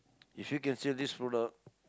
if you can sell this product